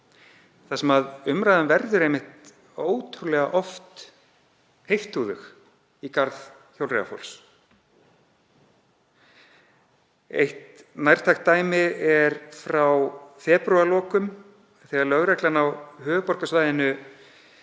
þar sem umræðan verður ótrúlega oft heiftúðug í garð hjólreiðafólks. Nærtækt dæmi er frá febrúarlokum þegar lögreglan á höfuðborgarsvæðinu